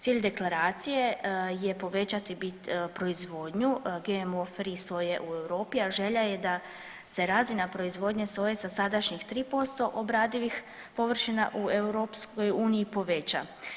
Cilj deklaracije je povećati bit proizvodnju GMO free soje u Europi, a želja je da se razina proizvodnje soje sa sadašnjih 3% obradivih površina u EU poveća.